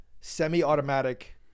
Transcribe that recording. semi-automatic